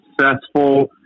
successful